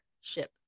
ship